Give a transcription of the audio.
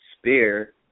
Spear